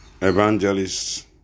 evangelists